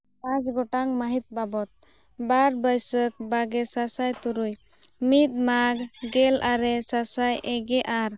ᱯᱟᱸᱪ ᱜᱚᱴᱟᱝ ᱢᱟᱹᱦᱤᱛ ᱵᱟᱵᱚᱫ ᱵᱟᱨ ᱵᱟᱹᱭᱥᱟᱠᱷ ᱵᱟᱜᱮ ᱥᱟᱥᱟᱭ ᱛᱩᱨᱩᱭ ᱢᱤᱫ ᱢᱟᱜᱽ ᱜᱮᱞ ᱟᱨᱮ ᱥᱟᱥᱟᱭᱟ ᱮᱜᱮ ᱟᱨ